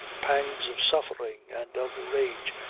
pangs of suffering and of rage,